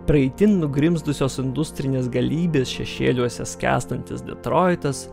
praeitin nugrimzdusios industrinės galybės šešėliuose skęstantis detroitas